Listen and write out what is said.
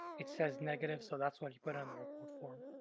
it says negative, so that's what you put on the report form.